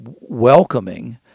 welcoming